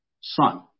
son